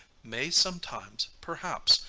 may sometimes, perhaps,